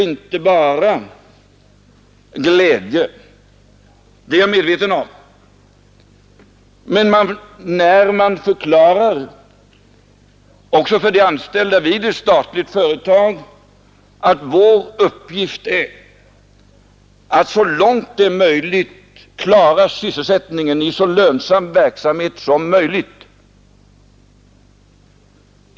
Jag är medveten om att det inte bara väcker glädje när man förklarar för de anställda vid statliga företag att vår uppgift är att så långt som möjligt klara sysselsättningen i en så lönsam verksamhet som möjligt.